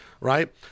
right